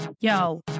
Yo